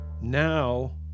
now